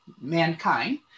mankind